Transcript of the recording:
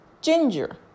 ginger